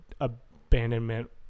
abandonment